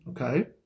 Okay